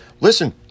Listen